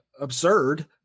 absurd